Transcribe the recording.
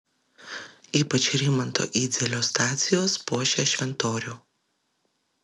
ypač rimanto idzelio stacijos puošia šventorių